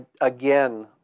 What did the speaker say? again